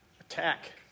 Attack